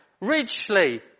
richly